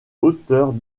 hauteurs